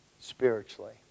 spiritually